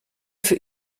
für